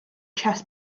chess